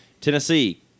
Tennessee